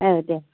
औ दे